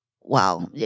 wow